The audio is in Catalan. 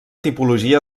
tipologia